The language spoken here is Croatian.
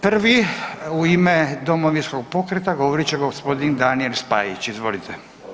Prvi u ime Domovinskog pokreta, govorit će g. Daniel Spajić, izvolite.